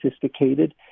sophisticated